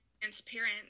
transparent